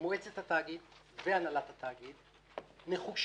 מועצת התאגיד והנהלת התאגיד נחושות,